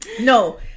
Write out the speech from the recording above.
No